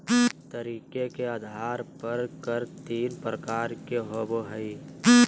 तरीके के आधार पर कर तीन प्रकार के होबो हइ